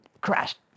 crashed